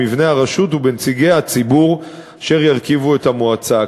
במבנה הרשות ובנציגי הציבור אשר ירכיבו את המועצה.